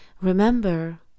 remember